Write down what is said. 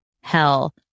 hell